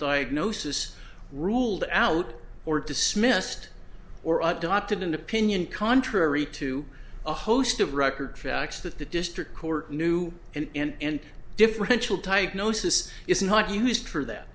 diagnosis ruled out or dismissed or adopted an opinion contrary to a host of record facts that the district court knew and differential diagnosis is not used for that